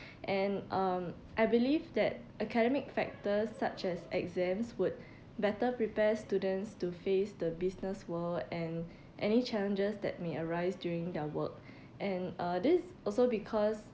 and um I believe that academic factors such as exams would better prepare students to face the business world and any challenges that may arise during their work and uh this also because